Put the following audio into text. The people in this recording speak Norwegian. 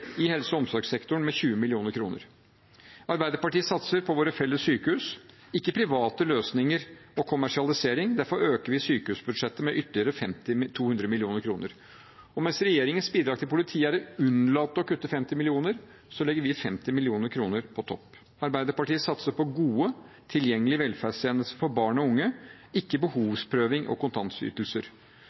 i helse- og omsorgssektoren med 20 mill. kr. Arbeiderpartiet satser på våre felles sykehus, ikke private løsninger og kommersialisering. Derfor øker vi sykehusbudsjettet med ytterligere 200 mill. kr. Mens regjeringens bidrag til politiet er å unnlate å kutte 50 mill. kr, legger vi 50 mill. kr på toppen. Arbeiderpartiet satser på gode, tilgjengelige velferdstjenester for barn og unge, ikke behovsprøving og kontantytelser.